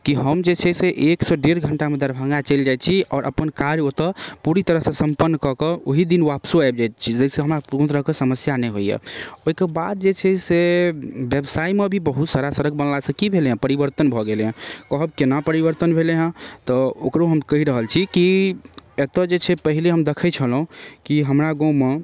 कि हम जे छै से एकसँ डेढ़ घण्टामे दरभङ्गा चलि जाइ छी आओर अपन काज ओतऽ पूरी तरहसँ सम्पन्न कऽ कऽ ओहीदिन आपसो आबि जाइत छी जाहिसँ हमरा कोनो तरहके समस्या नहि होइए ओहिकेबाद जे छै से बेवसाइमे भी बहुत सारा सड़क बनलासँ कि भेलै हँ परिवर्तन भऽ गेलै हँ कहब कोना परिवर्तन भेलै हँ तऽ ओकरो हम कहि रहल छी कि एतऽ जे छै पहिले हम देखै छलहुँ कि हमरा गाममे